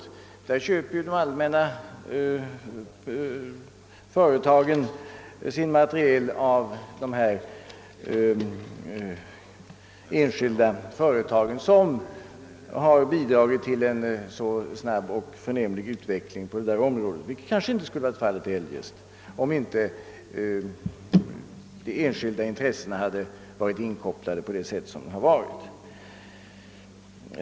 De allmänna företagen inom dessa verksamhetsgrenar köper ju sin materiel av enskilda företag, som har bidragit till en snabb och förnämlig utveckling på dessa områden, en utveckling som kanske inte hade ägt rum, om de enskilda intressena inte hade varit inkopplade på det sätt som nu varit fallet.